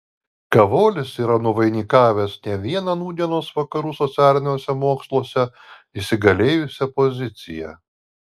kavolis yra nuvainikavęs ne vieną nūdienos vakarų socialiniuose moksluose įsigalėjusią poziciją